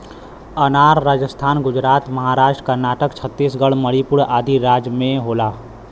अनार राजस्थान गुजरात महाराष्ट्र कर्नाटक छतीसगढ़ मणिपुर आदि राज में होला